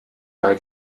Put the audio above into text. mal